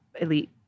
elite